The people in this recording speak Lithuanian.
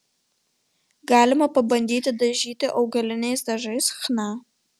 galima pabandyti dažyti augaliniais dažais chna